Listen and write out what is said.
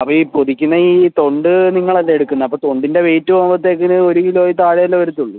അപ്പോൾ ഈ പൊതിക്കുന്ന ഈ തൊണ്ട് നിങ്ങൾ അല്ലേ എടുക്കുന്നത് അപ്പോൾ തൊണ്ടിൻ്റെ വെയ്റ്റും ആവുമ്പോൾ തെങ്ങിന് ഒരു കിലോയിൽ താഴെ അല്ലേ വരത്തുള്ളൂ